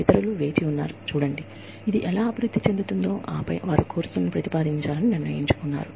ఇతరులు వేచి ఉన్నారు చూడండి ఇది ఎలా అభివృద్ధి చెందుతుందో ఆపై వారు కోర్సులను ప్రతిపాదించాలని నిర్ణయించుకున్నారు